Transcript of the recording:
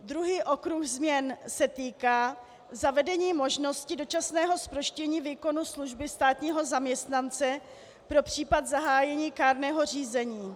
Druhý okruh změn se týká zavedení možnosti dočasného zproštění výkonu služby státního zaměstnance pro případ zahájení kárného řízení.